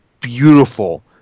beautiful